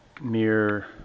mirror